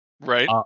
Right